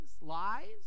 lies